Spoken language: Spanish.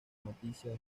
noticias